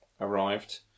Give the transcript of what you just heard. arrived